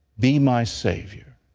be my savior.